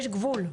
יש גבול.